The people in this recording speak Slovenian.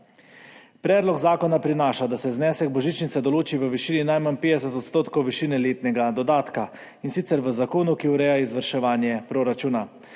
Predlog zakona prinaša, da se znesek božičnice določi v višini najmanj 50 % višine letnega dodatka, in sicer v zakonu, ki ureja izvrševanje proračuna.